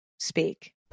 Speak